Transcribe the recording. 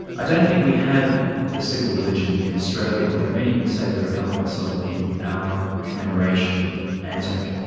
i don't think we have a civil religion in australia, although many would say there are elements of it in our commemoration of anzac.